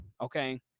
Okay